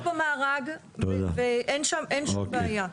זה כתוב במארג ואין שום בעיה.